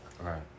Right